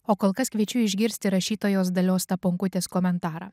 o kol kas kviečiu išgirsti rašytojos dalios staponkutės komentarą